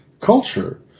culture